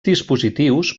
dispositius